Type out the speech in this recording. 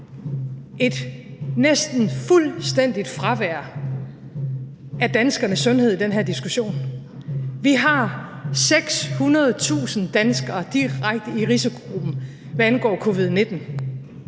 et næsten fuldstændig fravær af danskernes sundhed i den her diskussion. Vi har 600.000 danskere direkte i risikogruppen, hvad angår covid-19;